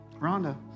Rhonda